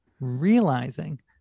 realizing